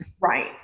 Right